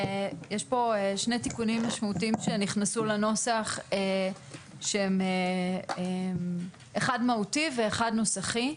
יש פה שני תיקונים משמעותיים שנכנסו לנוסח שהם אחד מהותי ואחד נוסחי,